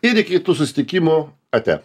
ir iki kitų susitikimų ate